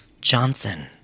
Johnson